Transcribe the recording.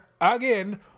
Again